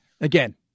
Again